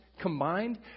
combined